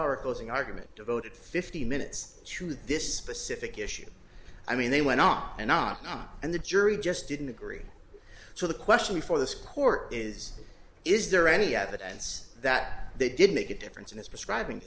to our closing argument devoted fifteen minutes to this specific issue i mean they went on and on and the jury just didn't agree so the question before this court is is there any evidence that they did make a difference in this describing